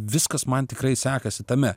viskas man tikrai sekasi tame